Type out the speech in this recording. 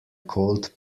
cold